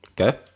Okay